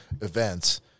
events